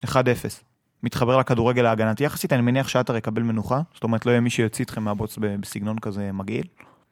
1-0, מתחבר לכדורגל ההגנתי יחסית, אני מניח שאתר יקבל מנוחה, זאת אומרת לא יהיה מי שיוציא אתכם מהבוץ בסגנון כזה מגעיל.